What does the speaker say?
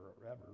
forever